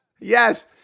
Yes